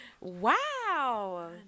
Wow